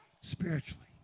spiritually